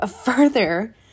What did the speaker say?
further